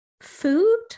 food